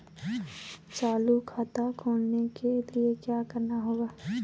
चालू खाता खोलने के लिए क्या करना होगा?